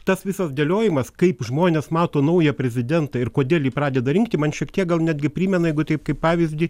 tas visas dėliojimas kaip žmonės mato naują prezidentą ir kodėl jį pradeda rinkti man šiek tiek gal netgi primena jeigu taip kaip pavyzdį